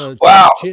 Wow